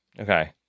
Okay